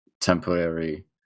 temporary